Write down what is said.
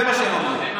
זה מה שהם אמרו.